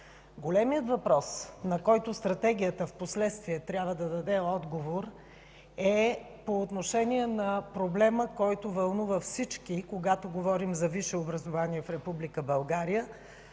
Големият въпрос, на който Стратегията впоследствие трябва да даде отговор, е по отношение на проблема, който вълнува всички, когато говорим за висше образование в